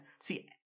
See